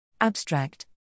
Abstract